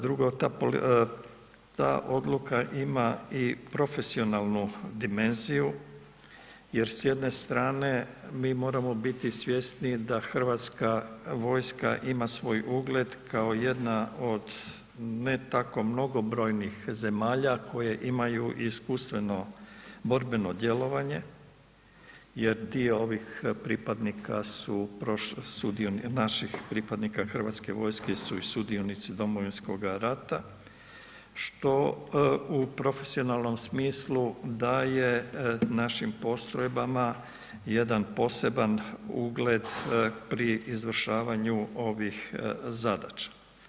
Drugo ta odluka ima i profesionalnu dimenziju jer s jedne strane mi moramo biti svjesni da Hrvatska vojska ima svoj ugled kao jedna od ne tako mnogobrojnih zemalja koje imaju i iskustveno borbeno djelovanje jer dio ovih pripadnika su, naših pripadnika Hrvatske vojske su i sudionici Domovinskog rata što u profesionalnom smislu daje našim postrojbama jedan poseban ugled pri izvršavanju ovih zadaća.